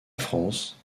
france